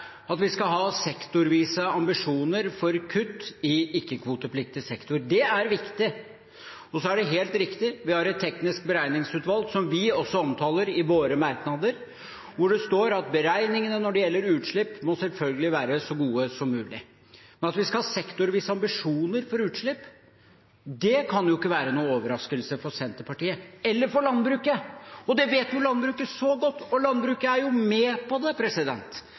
at vi skal ha sektorvise ambisjoner for kutt i ikke-kvotepliktig sektor. Det er viktig. Og det er helt riktig: Vi har et teknisk beregningsutvalg, som vi også omtaler i våre merknader, hvor det står at beregningene når det gjelder utslipp, selvfølgelig må være så gode som mulig. At vi skal ha sektorvise ambisjoner for utslipp, kan jo ikke være noen overraskelse for Senterpartiet – eller for landbruket. Det vet landbruket godt, og landbruket er jo med på det.